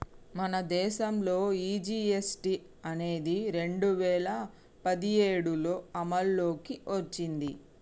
మన దేసంలో ఈ జీ.ఎస్.టి అనేది రెండు వేల పదిఏడులో అమల్లోకి ఓచ్చింది